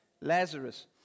Lazarus